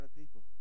people